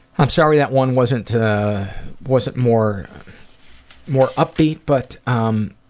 i'm sorry that one wasn't wasn't more more upbeat, but um